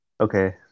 Okay